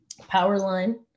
Powerline